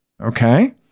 Okay